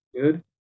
good